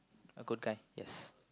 a good guy yes